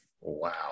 Wow